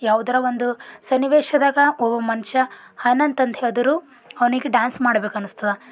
ಯಾವ್ದಾರು ಒಂದು ಸನ್ನಿವೇಶದಾಗ ಒವ್ ಮನುಷ್ಯ ಹಾನಂತಂದು ಹೇಳಿದ್ರೂ ಅವ್ನಿಗೆ ಡಾನ್ಸ್ ಮಾಡ್ಬೇಕು ಅನಿಸ್ತದ